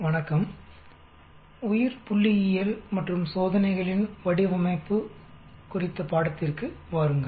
வணக்கம் உயிர்புள்ளியியல் மற்றும் சோதனைகளின் வடிவமைப்பு குறித்த பாடத்திற்கு வாருங்கள்